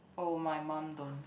oh my mum don't